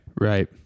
right